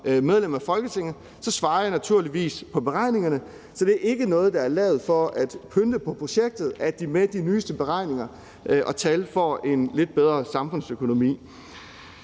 medlem af Folketinget ønsker, svarer jeg naturligvis på det. Så det er ikke noget, der er lavet for at pynte på projektet, at det med de nyeste beregninger og tal får en lidt bedre samfundsøkonomi.